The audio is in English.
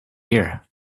here